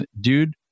dude